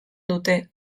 dute